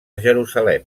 jerusalem